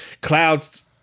clouds